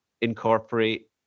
incorporate